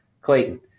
Clayton